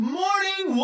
morning